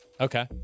Okay